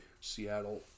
Seattle